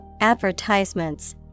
Advertisements